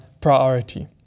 priority